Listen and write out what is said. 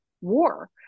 war